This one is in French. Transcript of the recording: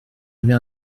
avez